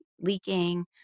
leaking